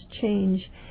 change